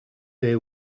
they